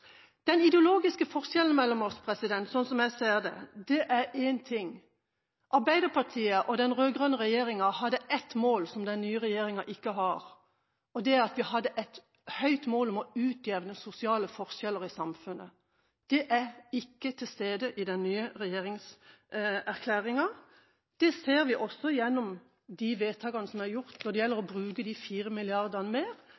Den ideologiske forskjellen mellom oss er, sånn som jeg ser det, én ting: Arbeiderpartiet og den rød-grønne regjeringa hadde et mål som den nye regjeringa ikke har – vi hadde et høyt mål om å utjevne sosiale forskjeller i samfunnet. Det er ikke til stede i den nye regjeringserklæringa. Det ser vi også gjennom de vedtakene som er gjort når det gjelder å bruke 4 mrd. kr mer